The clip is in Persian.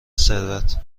ثروت